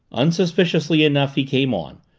unsuspiciously enough he came on,